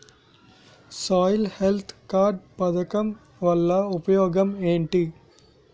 Soil health card పథకం వల్ల ఉపయోగం ఏంటి?